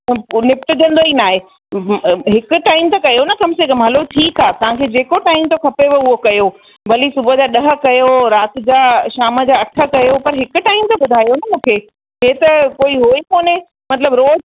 निपटजंदो ई न आहे हिक टाइम त कयो न कम से कम हलो ठीकु आहे तव्हां खे जेको टाइम थो खपेव उहो कयो भली सुबुह जा ॾह कयो राति जा शाम जा अठि कयो पर हिक टाइम त ॿुधायो न मूंखे हे त कोई हो ई कोने मतलबु रोज़ु